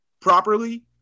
properly